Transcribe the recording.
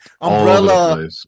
Umbrella